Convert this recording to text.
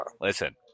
listen